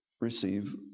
receive